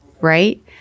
Right